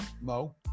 Mo